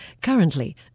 Currently